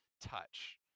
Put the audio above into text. touch